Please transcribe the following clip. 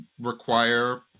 require